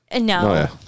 No